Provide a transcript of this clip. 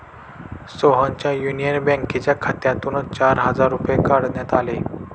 सोहनच्या युनियन बँकेच्या खात्यातून चार हजार रुपये काढण्यात आले